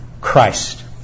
Christ